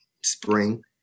spring